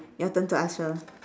your turn to ask shir